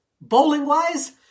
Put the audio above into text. Bowling-wise